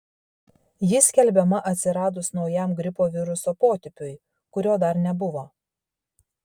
ji skelbiama atsiradus naujam gripo viruso potipiui kurio dar nebuvo